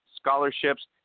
scholarships